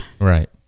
Right